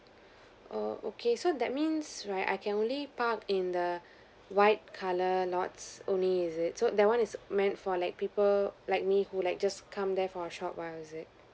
oh okay so that means right I can only park in the white colour lots only is it so that one is meant for like people like me who like just come there for a short while is it